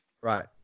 Right